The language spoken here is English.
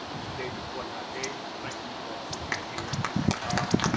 mr. david warnock. dave, thank you for for being here.